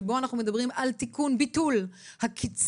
שבו אנחנו מדברים על תיקון ביטול הקיצוץ,